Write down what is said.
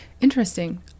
Interesting